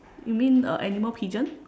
you mean a animal pigeon